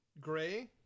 Gray